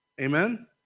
Amen